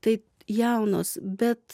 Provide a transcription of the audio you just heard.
tai jaunos bet